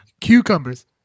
Cucumbers